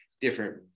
different